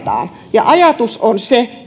puretaan ajatus on se että maakunnat ikään kuin jotenkin